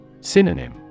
Synonym